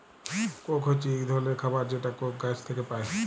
Coke হছে ইক ধরলের খাবার যেটা কোক গাহাচ থ্যাইকে পায়